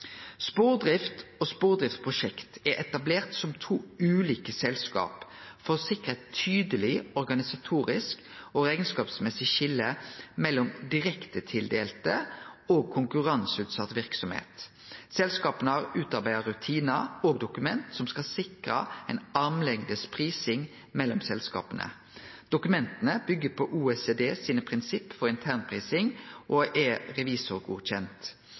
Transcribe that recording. Spordrift og Spordrift Prosjekt er etablert som to ulike selskap for å sikre eit tydeleg organisatorisk og rekneskapsmessig skilje mellom direktetildelt og konkurranseutsett verksemd. Selskapa har utarbeidd rutinar og dokument som skal sikre ei armlengds prising mellom selskapa. Dokumenta byggjer på OECDs prinsipp for internprising og er revisorgodkjende. Internprisingsdokumenta mellom Spordrift og Spordrift Prosjekt er